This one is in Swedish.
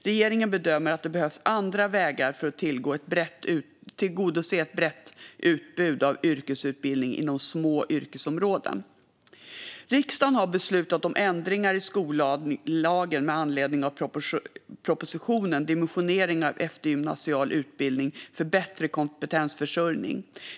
Regeringen bedömer att det behövs andra vägar för att tillgodose ett brett utbud av yrkesutbildning inom små yrkesområden. Riksdagen har beslutat om ändringar i skollagen med anledning av propositionen Dimensionering av gymnasial utbildning för bättre kompetensförsörjning .